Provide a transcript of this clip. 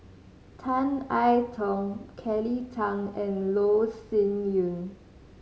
Tan I Tong Kelly Tang and Loh Sin Yun